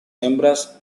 hembras